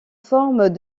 forme